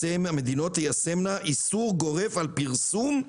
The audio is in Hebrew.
תיישמנה איסור גורף על פרסום,